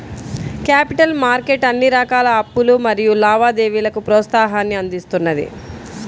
capital market అన్ని రకాల అప్పులు మరియు లావాదేవీలకు ప్రోత్సాహాన్ని అందిస్తున్నది